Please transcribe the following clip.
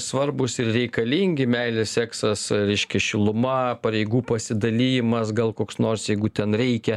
svarbūs ir reikalingi meilė seksas reiškia šiluma pareigų pasidalijimas gal koks nors jeigu ten reikia